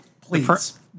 Please